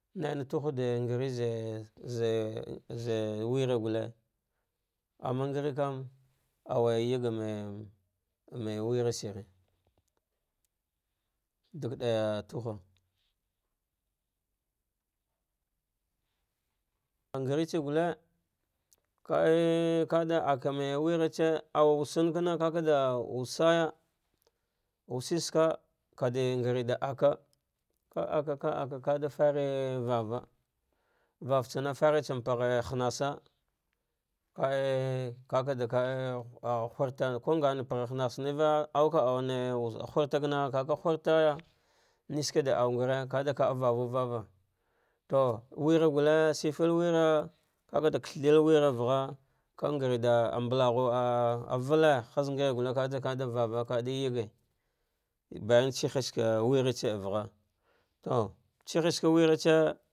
Naina tuha de ngare ze-ze-zewura suttee amma ngane vam anwa yag yegima wera shine dik ɗaya tughu ah ngaretsa guite kaa kada akaam weratsa au wusam kana ka kada wrusa ba wusetsa ka kade ngare da aka ka ahka kaaka kada fare vava, vavatsane fare tsane pag hanasa kae kada kae hu hurta kungan bagh hanasan haniva auja aune hurta jkungan bagh hamasan haniva auka aune hyrta varka hurtaya neseke da aungare ka a vavu vava, to were gulle shifel wure ka kaɗa kagh dare wera vagha kaa ngure ɗa ambaghu ah a vate, kada yagi bayan tsihe tsa were tse vagha to tsihe tsaka wuretsa.